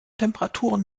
temperaturen